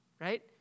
right